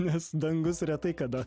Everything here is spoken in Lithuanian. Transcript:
nes dangus retai kada